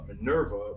Minerva